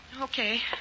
Okay